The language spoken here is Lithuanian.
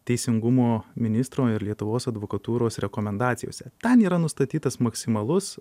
teisingumo ministro ir lietuvos advokatūros rekomendacijose ten yra nustatytas maksimalus